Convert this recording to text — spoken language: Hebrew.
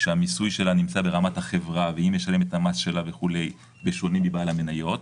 שהמיסוי שלה נמצא ברמת החברה והיא משלמת את המס שלה בשונה מבעל המניות,